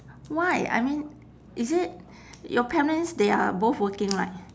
why I mean is it your parents they are both working right